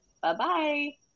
Bye-bye